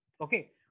okay